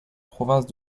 province